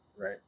right